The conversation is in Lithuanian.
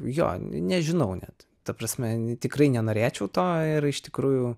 jo nežinau net ta prasme tikrai nenorėčiau to ir iš tikrųjų